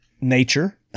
nature